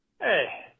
Hey